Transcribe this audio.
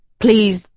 Please